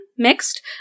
mixed